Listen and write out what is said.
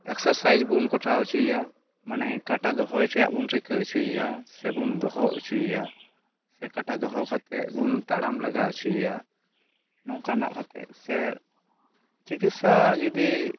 ᱮᱠᱥᱟᱨᱥᱟᱭᱤᱡᱽᱵᱚᱱ ᱠᱚᱨᱟᱣ ᱚᱪᱚᱭᱮᱭᱟ ᱢᱟᱱᱮ ᱠᱟᱴᱟ ᱫᱚᱦᱚᱭ ᱨᱮᱭᱟᱜᱵᱚᱱ ᱨᱤᱠᱟᱹ ᱚᱪᱚᱭᱮᱭᱟ ᱥᱮᱵᱚᱱ ᱫᱚᱦᱚ ᱚᱪᱚᱭᱮᱭᱟ ᱥᱮ ᱠᱟᱴᱟ ᱫᱚᱦᱚ ᱠᱟᱛᱮᱫᱵᱚᱱ ᱛᱟᱲᱟᱢᱞᱟᱜᱟ ᱚᱪᱚᱭᱮᱭᱟ ᱱᱚᱝᱠᱟᱱᱟᱜ ᱠᱟᱛᱮᱫ ᱥᱮ ᱪᱤᱠᱤᱛᱥᱟ ᱡᱚᱫᱤ